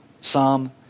Psalm